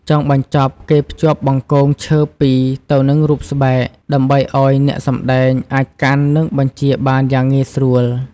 ចុងបញ្ចប់ គេភ្ជាប់បង្គងឈើពីរទៅនឹងរូបស្បែក ដើម្បីឱ្យអ្នកសម្តែងអាចកាន់ និងបញ្ជាបានយ៉ាងងាយស្រួល។